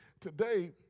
today